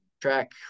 track